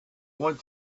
want